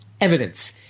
Evidence